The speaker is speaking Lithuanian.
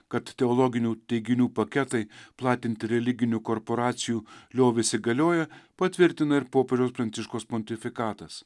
kad teologinių teiginių paketai platinti religinių korporacijų liovėsi galioję patvirtina ir popiežiaus pranciškaus pontifikatas